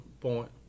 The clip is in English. point